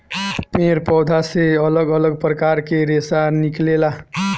पेड़ पौधा से अलग अलग प्रकार के रेशा निकलेला